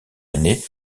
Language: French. aînée